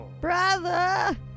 Brother